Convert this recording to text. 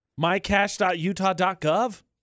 Mycash.utah.gov